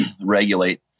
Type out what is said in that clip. regulate